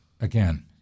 again